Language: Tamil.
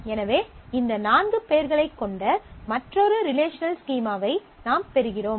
எனவே இந்த நான்கு பெயர்களைக் கொண்ட மற்றொரு ரிலேஷனல் ஸ்கீமாவை நாம் பெறுகிறோம்